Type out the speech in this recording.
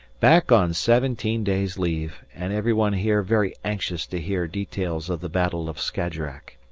back on seventeen days' leave, and everyone here very anxious to hear details of the battle of skajerack.